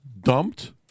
dumped